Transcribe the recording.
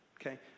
okay